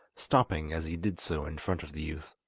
stopping as he did so in front of the youth.